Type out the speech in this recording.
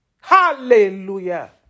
Hallelujah